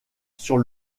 sur